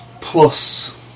Plus